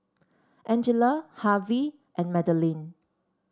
Angella Harvey and Madaline